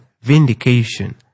vindication